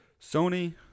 Sony